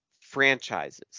franchises